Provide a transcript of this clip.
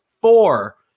four